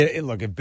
look